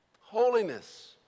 Holiness